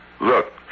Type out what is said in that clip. look